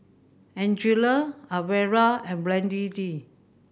Angela Alvera and Brandee